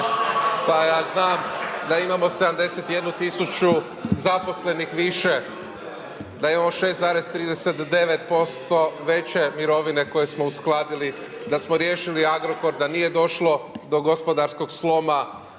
Pa ja znam da imamo 71 000 zaposlenih više, da imamo 6,39% veće mirovine koje smo uskladili, da smo riješili Agrokor, da nije došlo do gospodarskog sloma,